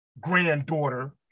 granddaughter